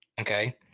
Okay